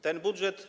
Ten budżet.